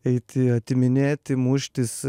eiti atiminėti muštis